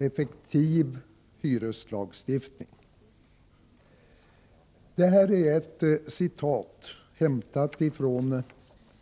Effektiv hyreslagstiftning.” Detta är ett citat hämtat från